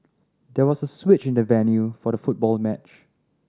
there was a switch in the venue for the football match